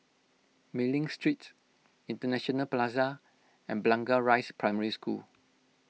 Mei Ling Street International Plaza and Blangah Rise Primary School